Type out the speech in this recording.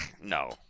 No